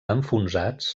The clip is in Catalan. enfonsats